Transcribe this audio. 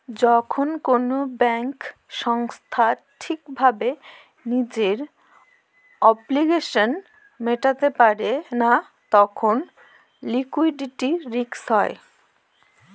যখন কোনো ব্যাঙ্ক সংস্থা ঠিক ভাবে নিজের অব্লিগেশনস মেটাতে পারে না তখন লিকুইডিটি রিস্ক হয়